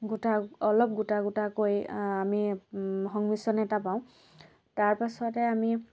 গোটা অলপ গোটা গোটাকৈ আমি সংমিশ্ৰণ এটা পাওঁ তাৰ পাছতে আমি